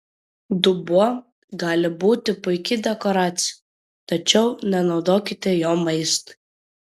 dubuo gali būti puiki dekoracija tačiau nenaudokite jo maistui